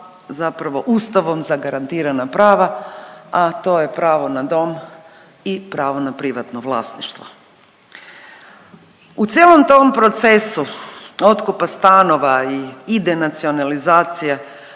zapravo Ustavom zagarantirana prava, a to je pravo na dom i pravo na privatno vlasništvo. U cijelom tom procesu otkupa stanova i denacionalizacije